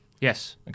Yes